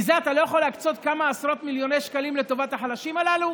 מזה אתה לא יכול להקצות כמה עשרות מיליוני שקלים לטובת החלשים הללו?